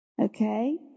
okay